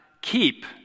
keep